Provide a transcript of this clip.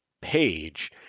page